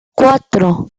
cuatro